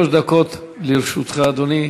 שלוש דקות לרשותך, אדוני.